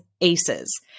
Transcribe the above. ACEs